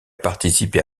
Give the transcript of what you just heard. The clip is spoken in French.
participé